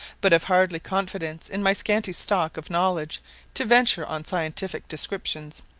but have hardly confidence in my scanty stock of knowledge to venture on scientific descriptions,